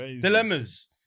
Dilemmas